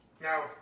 Now